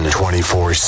24